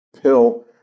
pill